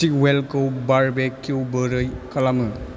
स्टिकवेलखौ barbecue बोरै खालामो